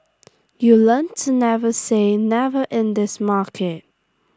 you learn to never say never in this market